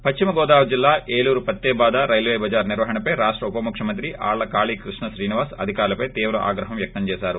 పశ్నిమ గోదావరి జిల్లా ఏలూరు పత్తేబాద రైతు బజార్ నిర్వహణపై రాష్ట ఉపముఖ్యమంత్రి ఆళ్ళ కాళీకృష్ణశ్రీనివాస్ అధికారులపై తీవ్ర ఆగ్రహం వ్యక్తం చేసారు